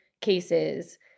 cases